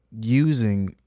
using